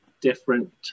different